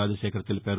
రాజశేఖర్ తెలిపారు